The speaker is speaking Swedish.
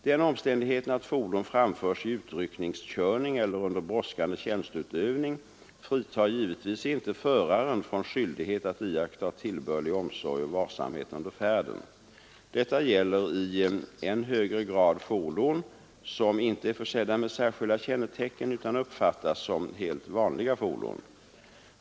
Den omständigheten att fordon framförs i utryckningskörning eller under brådskande tjänsteutövning fritar givetvis inte föraren från skyldighet att iaktta tillbörlig omsorg och varsamhet under färden. Detta gäller i än högre grad fordon som inte är försedda med särskilda kännetecken utan uppfattas som helt ”vanliga” fordon.